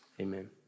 amen